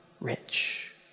rich